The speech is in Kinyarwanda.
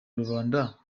rubanda